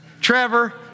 Trevor